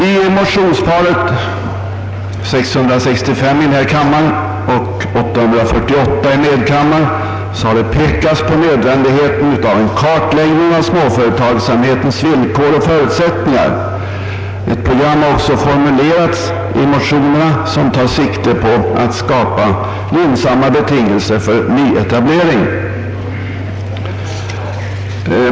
I motionsparet I: 665 och II: 848 har pekats på nödvändigheten av en kartläggning av småföretagsamhetens villkor och förutsättningar. I motionerna har också formulerats ett program, som tar sikte på att skapa gynnsamma betingelser för nyetablering.